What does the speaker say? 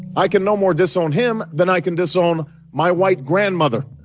i can no more disown him than i can disown my white grandmother,